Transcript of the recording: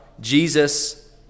Jesus